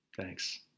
Thanks